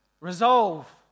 resolve